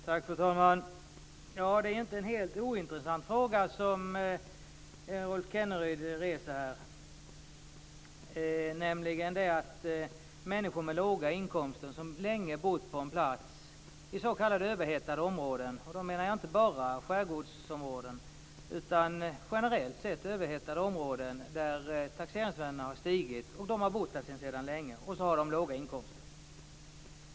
Fru talman! Det är inte en helt ointressant fråga som Rolf Kenneryd reser här, nämligen människor med låga inkomster som länge bott på en plats i s.k. överhettade områden - då menar jag inte bara skärgårdsområden utan generellt sett överhettade områden - där taxeringsvärdena har stigit.